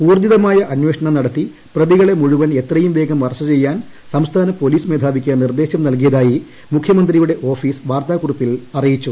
ഉൌർജ്ജിതമായ അന്വേഷണം നടത്തി പ്രതികളെ മുഴ്ചുവൻ എത്രയും വേഗം അറസ്റ്റ് ചെയ്യാൻ സംസ്ഥാന പോലീസ് മേധാവിയ്ക്ക് നിർദ്ദേശം നൽകിയതായി മുഖ്യമന്ത്രിയുട്ടു ഓഫീസ് വാർത്താക്കുറിപ്പിൽ അറിയിച്ചു